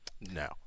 No